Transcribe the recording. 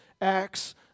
acts